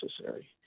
necessary